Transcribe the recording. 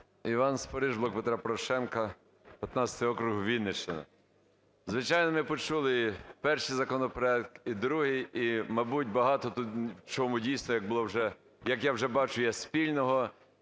Іван Спориш, "Блок Петра Порошенка", 15 округ, Вінниччина. Звичайно, ми почули перший законопроект і другий, і мабуть, багато тут в чому дійсно, як було вже, як я вже бачу, є спільного.